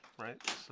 right